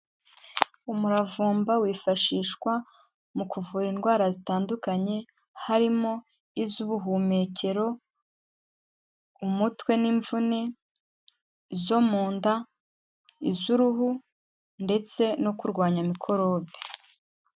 Umuravumba wifashishwa mu kuvura indwara zitandukanye harimo iz'ubuhumekero, umutwe n'imvune, izo mu nda, iz'uruhu ndetse no kurwanya mikorobe.